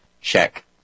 check